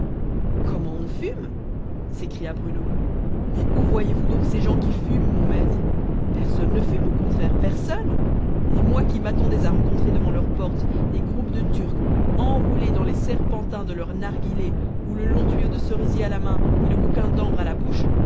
comment on fume s'écria bruno mais où voyez-vous donc ces gens qui fument mon maître personne ne fume au contraire personne et moi qui m'attendais à rencontrer devant leur porte des groupes de turcs enroulés dans les serpentins de leurs narghilés ou le long tuyau de cerisier à la main et le bouquin d'ambre à la bouche